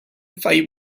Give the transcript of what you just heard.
five